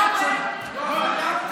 איך אומרים?